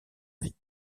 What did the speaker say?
vie